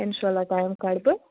اِنشاء اللہ ٹایم کَڑٕ بہٕ